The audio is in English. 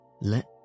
Let